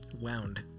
Wound